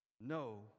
no